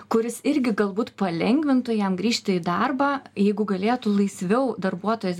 kuris irgi galbūt palengvintų jam grįžti į darbą jeigu galėtų laisviau darbuotojas